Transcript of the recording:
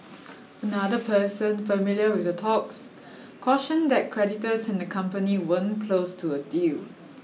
another person familiar with the talks cautioned that creditors and the company weren't close to a deal